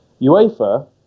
UEFA